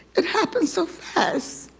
it happened so fast.